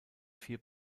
vier